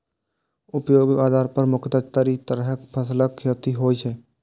उपयोगक आधार पर मुख्यतः चारि तरहक फसलक खेती होइ छै